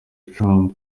trump